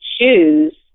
shoes